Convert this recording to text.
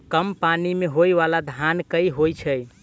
कम पानि मे होइ बाला धान केँ होइ छैय?